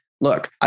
look